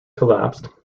collapsed